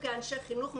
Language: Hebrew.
כאנשי חינוך,